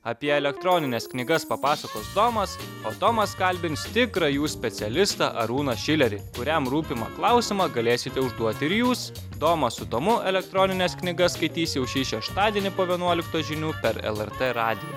apie elektronines knygas papasakos domas tomas kalbins tikrą jų specialistą arūną šilerį kuriam rūpimą klausimą galėsite užduoti ir jūs domas su tomu elektronines knygas skaitys jau šį šeštadienį po vienuoliktos žinių per lrt radiją